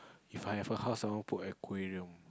If I have a house I want put aquarium